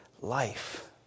life